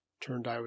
Turned